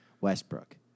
Westbrook